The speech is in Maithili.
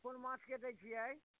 कोन माँछके दइ छियै